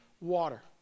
water